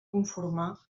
conformar